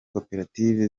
koperative